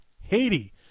Haiti